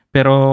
Pero